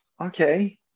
okay